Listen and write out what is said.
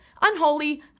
unholy